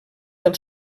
del